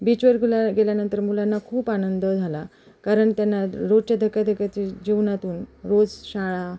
बीचवर गुला गेल्यानंतर मुलांना खूप आनंद झाला कारण त्यांना रोजच्या धकाधकीच्या जीवनातून रोज शाळा